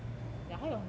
还有很多 like like